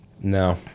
No